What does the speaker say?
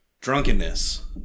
Drunkenness